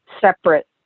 separate